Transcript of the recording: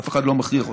אף אחד לא מכריח אותך,